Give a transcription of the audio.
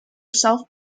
self